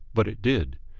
but it did.